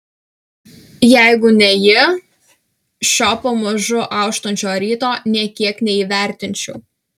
jeigu ne ji šio pamažu auštančio ryto nė kiek neįvertinčiau